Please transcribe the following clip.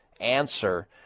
answer